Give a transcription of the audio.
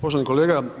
Poštovani kolega.